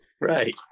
Right